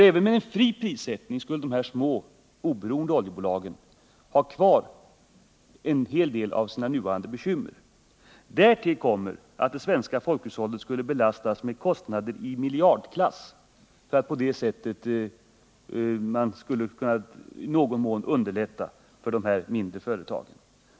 Även med en fri prissättning skulle de små, oberoende oljebolagen ha kvar en hel del av sina nuvarande bekymmer. Därtill kommer att det svenska folkhushållet skulle belastas med kostnader i miljardklass för att man på det sättet i någon mån skulle kunna underlätta för de mindre företagen.